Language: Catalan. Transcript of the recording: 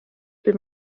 pel